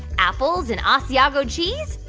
apples and asiago cheese?